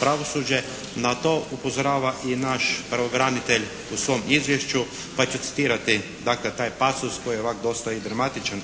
pravosuđe. Na to upozorava i naš pravobranitelj u svom izvješću pa ću citirati taj pasus koji je ovako dosta i dramatičan.